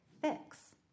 fix